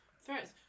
Threats